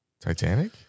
titanic